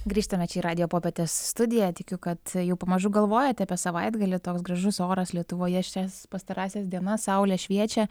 grįžtame čia į radijo popietės studiją tikiu kad jau pamažu galvojate apie savaitgalį toks gražus oras lietuvoje šias pastarąsias dienas saulė šviečia